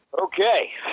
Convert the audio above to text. Okay